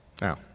Now